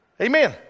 Amen